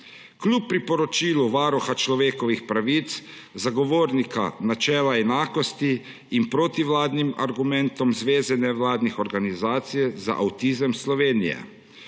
kljub priporočilu Varuha človekovih pravic, Zagovornika načela enakosti in protivladnim argumentom Zveze nevladnih organizacij za avtizem Slovenije.